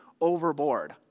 overboard